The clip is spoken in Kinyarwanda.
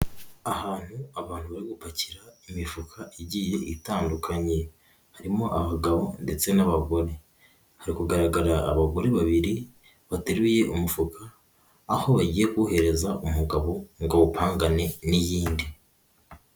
Ahantu abantu bari gupakira imifuka igiye itandukanye, harimo abagabo ndetse n'abagore. Hari kugaragara abagore babiri bateruye umufuka, aho bagiye kuwuhereza umugabo ngo awupangane n'iyindi.